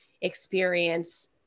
experience